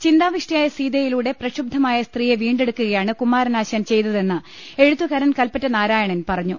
ചിന്താവിഷ്ടയായ സീതയിലൂടെ പ്രക്ഷുബ്സമായ സ്ത്രീയെ വീണ്ടെടുക്കുകയാണ് കുമാരനാശാൻ ചെയ്തതെന്ന് എഴുത്തുകാരൻ കല്പ്പറ്റനാരായണൻ പറഞ്ഞു